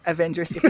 Avengers